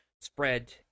spread